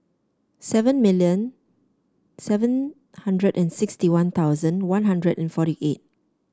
seven million seven hundred and sixty One Thousand One Hundred and forty eight